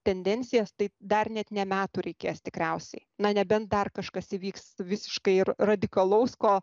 tendencijas tai dar net ne metų reikės tikriausiai na nebent dar kažkas įvyks visiškai ir radikalaus ko